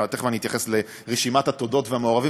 תכף אני אתייחס לרשימת התודות והמעורבים,